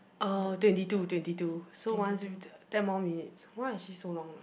uh twenty two twenty two so once we ten more minutes why is she so long ah